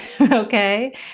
okay